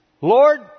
Lord